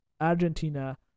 Argentina